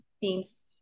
themes